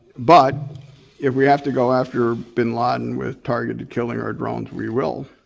but if we have to go after bin laden with targeted killer air drones, we will,